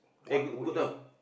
what would you